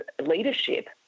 leadership